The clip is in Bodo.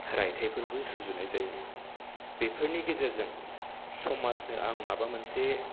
रायथाइफोरबो सुजुनाय जायो बेफोरनि गेजेरजों समाजनो आं माबा मोनसे